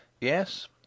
Yes